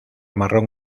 marrón